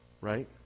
Right